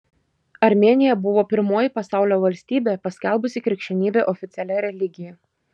armėnija buvo pirmoji pasaulio valstybė paskelbusi krikščionybę oficialia religija